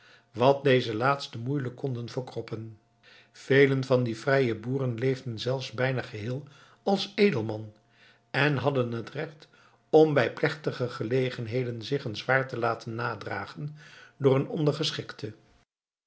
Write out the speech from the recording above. wat deze laatsten moeielijk konden verkroppen velen van die vrije boeren leefden zelfs bijna geheel als edelman en hadden het recht om bij plechtige gelegenheden zich een zwaard te laten nadragen door een ondergeschikte